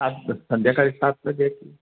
आज संध्याकाळी सातला द्या की